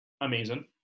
amazing